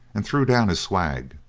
and threw down his swag.